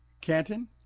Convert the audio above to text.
Canton